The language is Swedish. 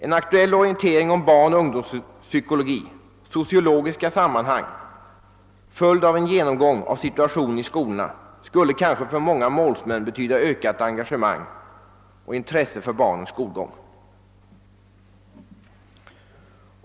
En aktuell orientering om barnoch ungdomspsykologi och sociologiska sammanhang, följd av en genomgång av situationen i skolorna, skulle kanske för många målsmän betyda ökat engagemang och intresse för barnens skolgång.